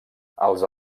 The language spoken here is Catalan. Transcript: els